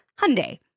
Hyundai